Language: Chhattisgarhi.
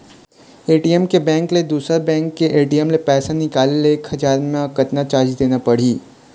ए.टी.एम के बैंक ले दुसर बैंक के ए.टी.एम ले पैसा निकाले ले एक हजार मा कतक चार्ज देना पड़ही?